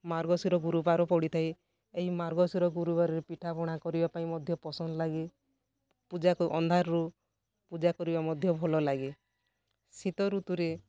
ମାର୍ଗଶୀର ଗୁରବାର ପଡ଼ିଥାଏ ଏଇ ମାର୍ଗଶୀର ଗୁରୁବାରରେ ପିଠାପଣା କରିବାପାଇଁ ମଧ୍ୟ ପସନ୍ଦ ଲାଗେ ପୁଜାକୁ ଅନ୍ଧାରରୁ ପୁଜା କରିବା ମଧ୍ୟ ଭଲ ଲାଗେ ଶୀତ ଋତୁରେ